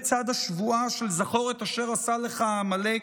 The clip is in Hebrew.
בצד השבועה של "זכור את אשר עשה לך עמלק",